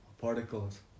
particles